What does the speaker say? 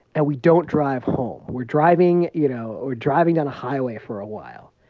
and we don't drive home. we're driving you know, we're driving down a highway for a while.